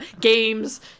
games